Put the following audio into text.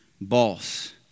boss